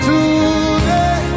Today